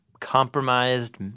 compromised